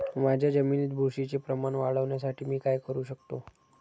माझ्या जमिनीत बुरशीचे प्रमाण वाढवण्यासाठी मी काय करू शकतो?